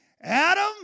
Adam